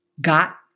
got